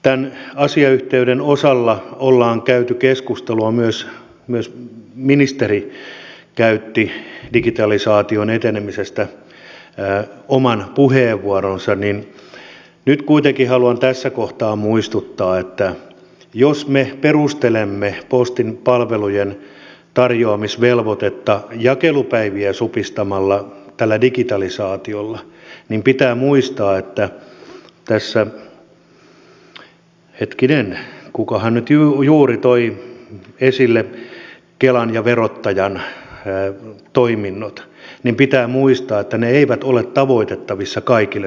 tämän asiayhteyden osalta ollaan käyty keskustelua myös ministeri käytti digitalisaation etenemisestä oman puheenvuoronsa mutta nyt kuitenkin haluan tässä kohtaa muistuttaa että jos me perustelemme jakelupäivien supistamista tällä digitalisaatiolla niin pitää muistaa että hetkinen kukahan nyt juuri toi esille kelan ja verottajan toiminnot ne eivät ole tavoittavissa kaikille suomalaisille